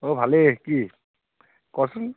অঁ ভালেই কি কচোন